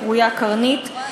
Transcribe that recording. הקרויה "קרנית",